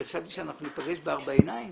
אני חשבתי שאנחנו ניפגש בארבע עיניים